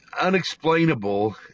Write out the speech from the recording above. unexplainable